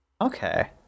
Okay